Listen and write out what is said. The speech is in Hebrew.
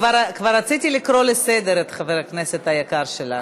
כבר רציתי לקרוא לסדר את חבר הכנסת היקר שלנו.